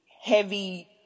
heavy